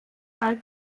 fall